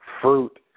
fruit